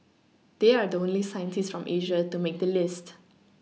they are the only scientists from Asia to make the list